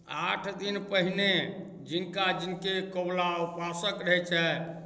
आठ दिन पहिने जिनका जिनके कबुला ऊपासक रहैत छै